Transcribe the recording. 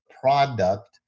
product